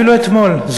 אפילו אתמול,